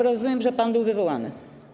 Rozumiem, że pan był wywołany.